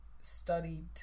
studied